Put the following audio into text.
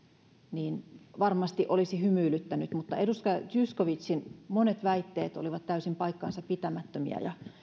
niin varmasti olisi hymyilyttänyt edustaja zyskowiczin monet väitteet olivat täysin paikkansapitämättömiä ja